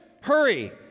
hurry